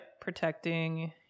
protecting